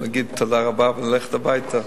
להגיד תודה רבה וללכת הביתה.